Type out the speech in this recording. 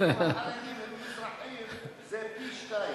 החרדים הם מזרחיים, זה פי-שניים.